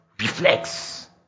Reflex